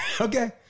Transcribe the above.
Okay